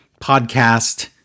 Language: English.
podcast